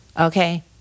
Okay